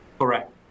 Correct